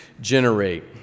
generate